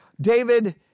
David